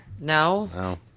No